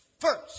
first